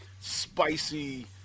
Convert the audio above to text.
spicy